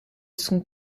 sont